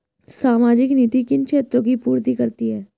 सामाजिक नीति किन क्षेत्रों की पूर्ति करती है?